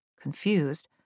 Confused